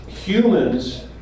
Humans